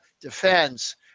defense